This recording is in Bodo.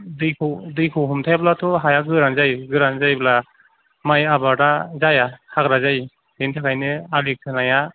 दैखौ दैखौ हमथायाब्लाथ' हाया गोरान जायो गोरान जायोब्ला माय आबादा जाया हाग्रा जायो बेनि थाखायनो आलि खोनाया